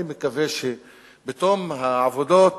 אני מקווה שבתום העבודות